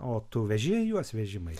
o tu veži juos vežimais